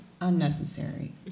unnecessary